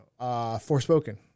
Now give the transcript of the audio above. Forspoken